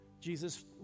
Jesus